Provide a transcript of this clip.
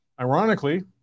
Ironically